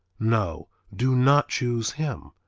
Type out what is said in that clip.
no, do not choose him,